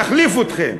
נחליף אתכם,